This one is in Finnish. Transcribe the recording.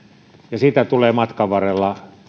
ja sitä tulee matkan varrella